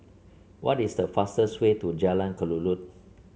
what is the fastest way to Jalan Kelulut